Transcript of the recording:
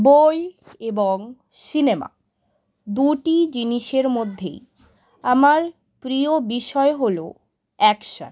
বই এবং সিনেমা দুটি জিনিসের মধ্যেই আমার প্রিয় বিষয় হল একসাথ